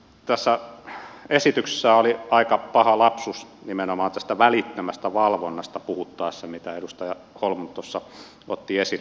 tässä esityksessä oli aika paha lapsus nimenomaan tästä välittömästä valvonnasta puhuttaessa minkä edustaja holmlund tuossa otti esille